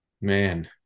Man